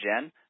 Jen